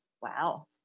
Wow